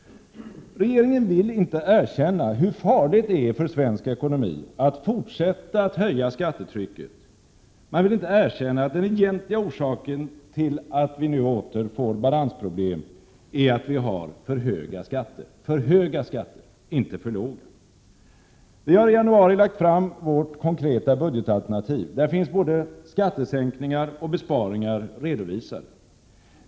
Regeringen vill inte erkänna hur farligt det är för svensk ekonomi att fortsätta att höja skattetrycket. Man vill inte erkänna att den egentliga orsaken till att vi nu åter får balansproblem är att vi har för höga skatter — inte för låga. I januari lade vi fram vårt konkreta budgetalternativ, där både skattesänkningar och besparingar finns redovisade.